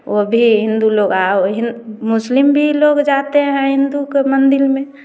वो भी हिंदू लोग और मुस्लिम लोग भी जाते हैं हिंदू के मंदिर में